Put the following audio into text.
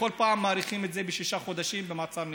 בכל פעם מאריכים את זה בשישה חודשים במעצר מינהלי.